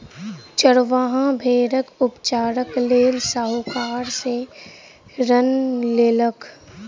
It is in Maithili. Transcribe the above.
चरवाहा भेड़क उपचारक लेल साहूकार सॅ ऋण लेलक